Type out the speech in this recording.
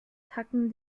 tacken